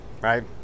right